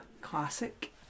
Classic